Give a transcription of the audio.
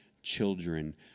children